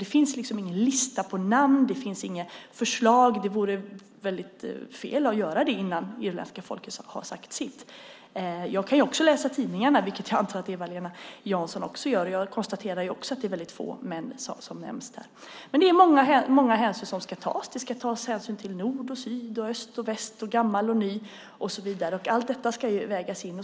Det finns alltså ingen lista på namn, och det finns inga förslag. Det vore fel att göra det innan det irländska folket har sagt sitt. Jag kan också läsa tidningarna, vilket jag antar att Eva-Lena Jansson också gör. Jag konstaterar också att det är väldigt få män som nämns där. Men det är många hänsyn som ska tas. Det ska tas hänsyn till nord och syd, till öst och väst, till gammal och ny och så vidare. Allt detta ska vägas in.